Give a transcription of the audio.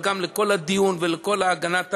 אבל גם לכל הדיון ולכל ההגנה,